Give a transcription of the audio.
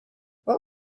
what